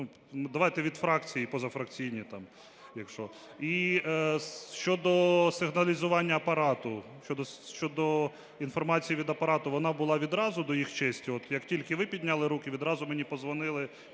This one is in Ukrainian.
давайте від фракцій і позафракційні. І щодо сигналізування Апарату, щодо інформації від Апарату, вона була відразу, до їх честі. От як тільки ви підняли руки, відразу мені подзвонили…